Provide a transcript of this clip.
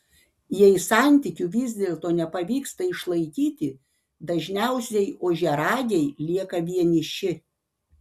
jei santykių vis dėlto nepavyksta išlaikyti dažniausiai ožiaragiai lieka vieniši